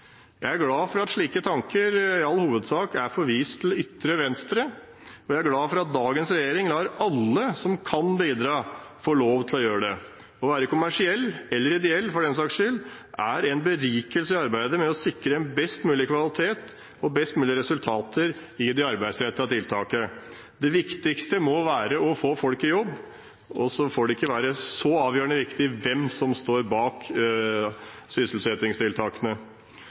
Jeg er glad for at slike tanker i all hovedsak er forvist til ytre venstre, og jeg er glad for at dagens regjering lar alle som kan bidra, få lov til å gjøre det. Å være kommersiell – eller ideell, for den saks skyld – er en berikelse i arbeidet med å sikre en best mulig kvalitet og best mulig resultater i det arbeidsrettede tiltaket. Det viktigste må være å få folk i jobb, og så får det ikke være så avgjørende viktig hvem som står bak sysselsettingstiltakene.